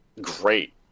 great